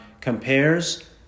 compares